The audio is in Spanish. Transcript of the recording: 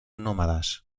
nómadas